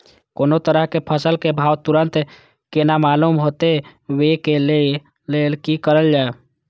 कोनो तरह के फसल के भाव तुरंत केना मालूम होते, वे के लेल की करल जाय?